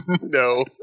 No